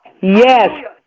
Yes